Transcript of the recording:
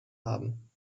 haben